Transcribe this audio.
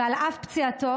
ועל אף פציעתו,